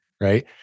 Right